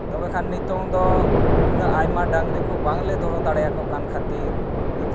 ᱛᱚᱵᱮ ᱠᱷᱟᱱ ᱱᱤᱛᱚᱜ ᱫᱚ ᱩᱱᱟᱹᱜ ᱟᱭᱢᱟ ᱰᱟᱝᱨᱤ ᱠᱚ ᱵᱟᱝ ᱞᱮ ᱫᱚᱦᱚ ᱫᱟᱲᱮᱭᱟᱠᱚ ᱠᱟᱱ ᱠᱷᱟᱹᱛᱤᱨ ᱱᱤᱛᱚᱜ